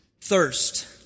Thirst